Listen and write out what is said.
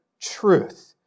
truth